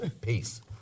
Peace